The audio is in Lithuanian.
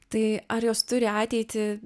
tai ar jos turi ateitį